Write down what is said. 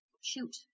shoot